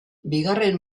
bigarren